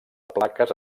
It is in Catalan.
plaques